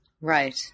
Right